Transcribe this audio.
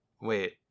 wait